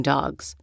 Dogs